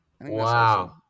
Wow